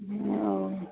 ଆଉ